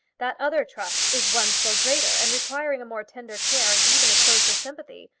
that other trust is one still greater, and requiring a more tender care and even a closer sympathy.